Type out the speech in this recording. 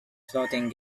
floating